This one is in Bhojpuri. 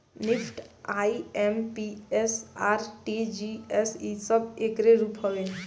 निफ्ट, आई.एम.पी.एस, आर.टी.जी.एस इ सब एकरे रूप हवे